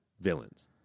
villains